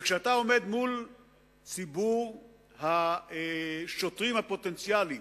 כשאתה עומד מול ציבור השוטרים הפוטנציאליים